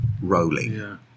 rolling